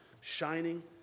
shining